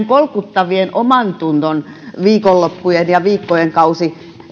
kolkuttavan omantunnon viikonloppujen ja viikkojen kausi